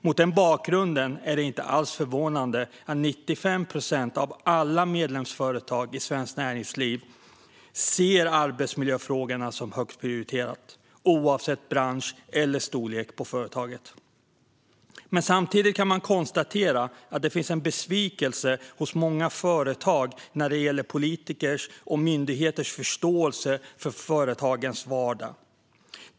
Mot denna bakgrund är det inte alls förvånande att 95 procent av alla medlemsföretag i Svenskt Näringsliv ser arbetsmiljöfrågorna som högt prioriterade, oavsett bransch eller storlek på företaget. Samtidigt kan man dock konstatera att det finns en besvikelse hos många företag när det gäller politikers och myndigheters förståelse för företagens vardag.